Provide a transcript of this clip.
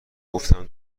گفتم